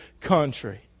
country